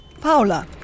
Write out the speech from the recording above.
Paula